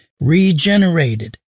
regenerated